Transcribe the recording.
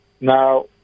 Now